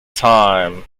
time